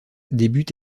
débute